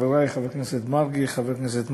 חברי חבר הכנסת מרגי, חבר הכנסת מוזס,